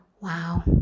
wow